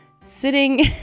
sitting